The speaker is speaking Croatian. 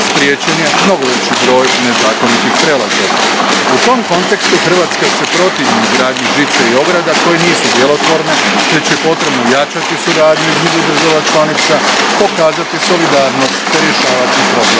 spriječen je mnogo veći broj nezakonitih prelazaka. U tom kontekstu Hrvatska se protivi gradnji žice i ograda koje nisu djelotvorne, već je potrebno jačati suradnju između država članica, pokazati solidarnost te rješavati problem